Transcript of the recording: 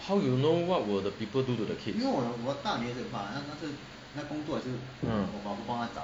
how you know what will the people do to the kids